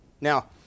Now